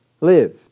live